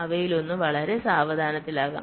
അവയിലൊന്ന് വളരെ സാവധാനത്തിലാകാം